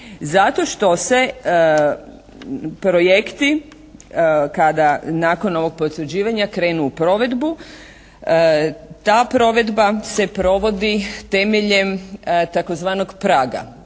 Zato što se projekti kada nakon ovog potvrđivanja krenu u provedbu, ta provedba se provodi temeljem tzv. praga.